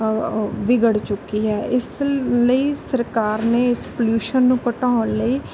ਵਿਗੜ ਚੁੱਕੀ ਹੈ ਇਸ ਲਈ ਸਰਕਾਰ ਨੇ ਇਸ ਪੋਲਿਊਸ਼ਨ ਨੂੰ ਘਟਾਉਣ ਲਈ